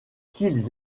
qu’ils